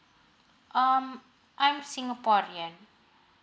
um I'm singapore